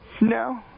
No